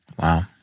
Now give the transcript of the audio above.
Wow